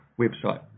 website